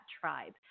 tribe